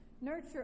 Nurture